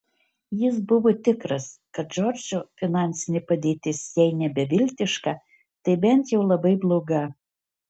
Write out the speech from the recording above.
jis buvo tikras kad džordžo finansinė padėtis jei ne beviltiška tai bent jau labai bloga